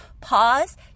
Pause